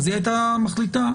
היא היתה מחליטה?